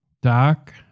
Doc